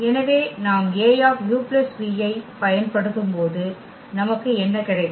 எனவே நாம் A u v ஐப் பயன்படுத்தும்போது நமக்கு என்ன கிடைக்கும்